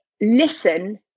listen